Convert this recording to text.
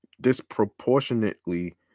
disproportionately